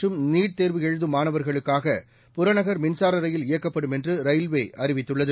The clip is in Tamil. மற்றும் நீட் தேர்வு எழுதும் மாணவர்களுக்காக புறநகர் மின்சார ரயில் இயக்கப்படும் என்று ரயில்வே அறிவித்துள்ளது